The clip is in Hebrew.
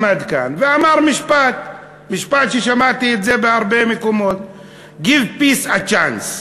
עמד כאן ואמר משפט ששמעתי בהרבה מקומות: Give peace a chance.